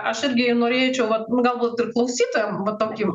aš irgi norėčiau vat galbūt ir klausytojam va tokį